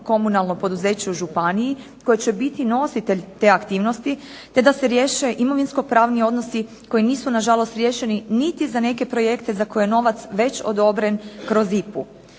komunalno poduzeće u županiji koje će biti nositelj te aktivnosti, te da se riješe imovinsko pravni odnosi koji nisu nažalost riješeni niti za neke projekte za koje je novac već odobren kroz IPA-u.